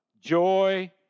Joy